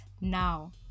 now